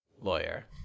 Lawyer